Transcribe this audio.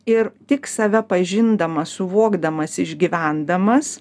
ir tik save pažindamas suvokdamas išgyvendamas